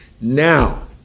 Now